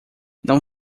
não